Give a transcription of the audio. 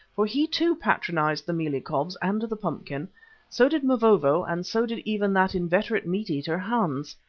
for he, too, patronized the mealie cobs and the pumpkin so did mavovo, and so did even that inveterate meat-eater, hans.